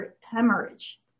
hemorrhage